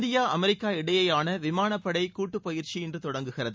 India America இடையேயான விமானப்படை கூட்டுப் பயிற்சி இன்று தொடங்குகிறது